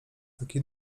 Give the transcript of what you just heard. taki